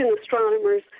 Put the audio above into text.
astronomers